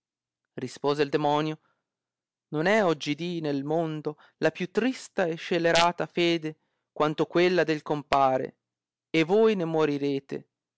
rispose il demonio non è oggidì nel mondo la più trista e scelerata fede quanto quella del compare e se voi ne morirete